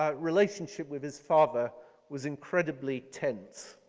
ah relationship with his father was incredibly tense